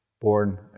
born